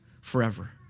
forever